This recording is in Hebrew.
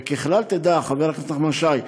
וככלל תדע, חבר הכנסת נחמן שי,